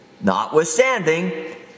Notwithstanding